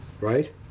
right